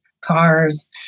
cars